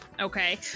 okay